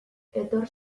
etor